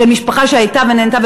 למשל של משפחה שגרה ונהנתה,